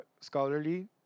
scholarly